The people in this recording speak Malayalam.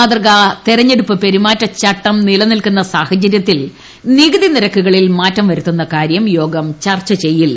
മാതൃകാ തെരഞ്ഞെടുപ്പ് പെരുമാറ്റചട്ടം നിലനിൽക്കുന്ന സാഹചര്യത്തിൽ നികുതി നിരക്കുകളിൽ മാറ്റം വരുത്തുന്ന കാര്യം യോഗം ചർച്ചചെയ്യില്ല